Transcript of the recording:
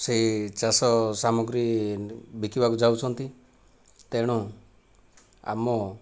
ସେହି ଚାଷ ସାମଗ୍ରୀ ବିକିବାକୁ ଯାଉଛନ୍ତି ତେଣୁ ଆମ